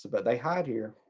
but they hide here.